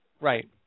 Right